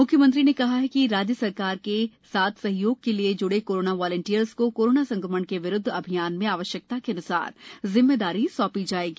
मुख्यमंत्री ने कहा कि राज्य शासन के साथ सहयोग के लिए ज्ड़े कोरोना वॉलेंटियर्स को कोरोना संक्रमण के विरूदध अभियान में आवश्यकता के अन्सार जिम्मेदारी सौंटी जाएगी